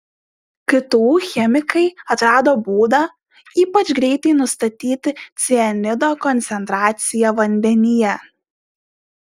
ktu chemikai atrado būdą ypač greitai nustatyti cianido koncentraciją vandenyje